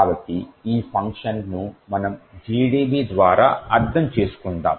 కాబట్టి ఈ ఫంక్షన్ను మనం GDB ద్వారా అర్థం చేసుకుందాం